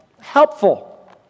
helpful